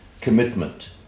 commitment